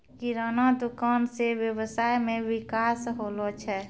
किराना दुकान से वेवसाय मे विकास होलो छै